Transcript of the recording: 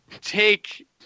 take